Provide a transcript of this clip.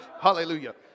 hallelujah